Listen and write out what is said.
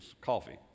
coffee